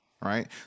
right